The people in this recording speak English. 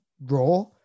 raw